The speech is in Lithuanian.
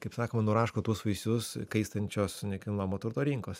kaip sakoma nuraško tuos vaisius kaistančios nekilnojamo turto rinkos